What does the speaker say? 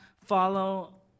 follow